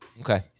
Okay